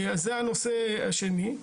זה הנושא השני.